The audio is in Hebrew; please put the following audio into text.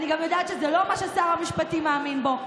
אני גם יודעת שזה לא מה ששר המשפטים מאמין בו.